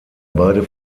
beide